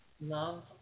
Love